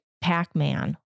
Pac-Man